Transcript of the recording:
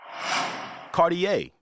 Cartier